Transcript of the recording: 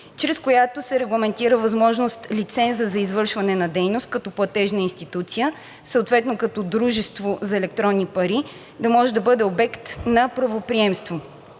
чрез която се регламентира възможност лицензът за извършване на дейност като платежна институция, съответно като дружество за електронни пари, да може да бъде обект на правоприемство.